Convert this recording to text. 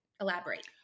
elaborate